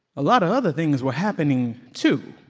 a lot of other things were happening too.